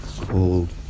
called